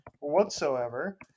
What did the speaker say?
whatsoever